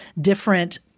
different